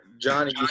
Johnny